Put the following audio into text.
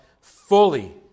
fully